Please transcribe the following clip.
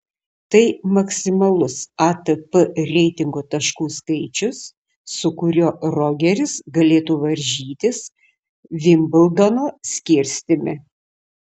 tai maksimalus atp reitingo taškų skaičius su kuriuo rogeris galėtų varžytis vimbldono skirstyme